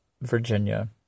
Virginia